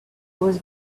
was